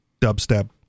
dubstep